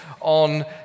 on